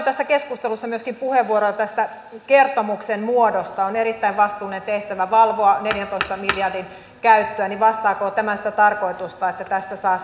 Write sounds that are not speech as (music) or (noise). (unintelligible) tässä keskustelussa myöskin puheenvuoroa tästä kertomuksen muodosta on erittäin vastuullinen tehtävä valvoa neljäntoista miljardin käyttöä vastaako tämä sitä tarkoitusta että tästä saa (unintelligible)